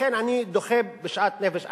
לכן אני דוחה בשאט-נפש.